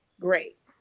great